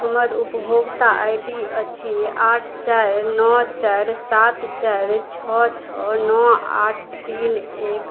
हमर उपभोक्ता I D अछि आठ चारि नओ चारि सात चारि छओ छओ नओ आठ तीन एक